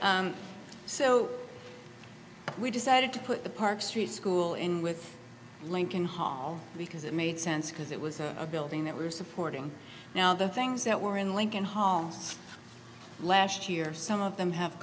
s so we decided to put the park street school in with lincoln hall because it made sense because it was a building that we were supporting now the things that were in lincoln hall last year some of them have